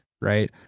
right